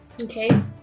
Okay